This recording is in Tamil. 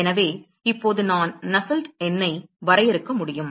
எனவே இப்போது நான் நஸ்ஸெல்ட் எண்ணை வரையறுக்க முடியும்